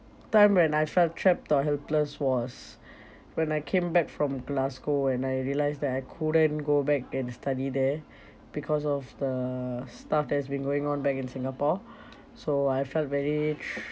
time when I felt trapped or helpless was when I came back from glasgow and I realised that I couldn't go back and study there because of the stuff that has been going on back in singapore so I felt very tr~